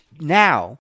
now